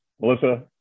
Melissa